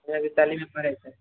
जिल वैशालीमे पड़ैत छै